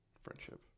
friendship